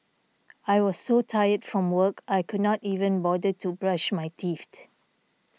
I was so tired from work I could not even bother to brush my teeth